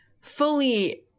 fully